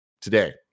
today